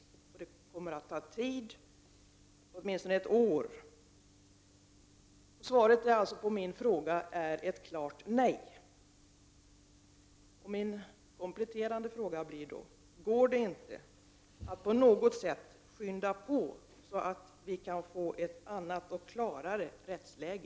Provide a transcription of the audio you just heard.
Remissomgången kommer att ta tid, åtminstone ett år. Svaret på min fråga är ett klart nej. Min kompletterande fråga blir då: Går det inte att på något sätt skynda på, så att vi kan få ett klarare rättsläge?